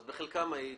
אז בחלקם היית.